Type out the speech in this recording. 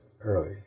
early